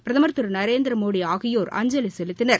பிரதமர் திரு நரேந்திரமோடி ஆகியோர் அஞ்சலி செலுத்தினர்